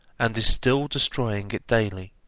and is still destroying it daily.